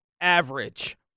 average